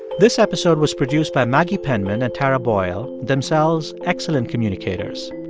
this episode was produced by maggie penman and tara boyle themselves, excellent communicators.